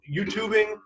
YouTubing